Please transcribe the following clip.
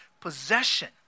possession